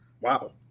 Wow